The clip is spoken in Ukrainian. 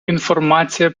інформація